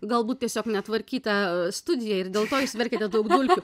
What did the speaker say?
galbūt tiesiog netvarkyta studija ir dėl to jūs verkiate daug dulkių